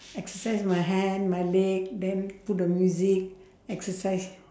exercise my hand my leg then put the music exercise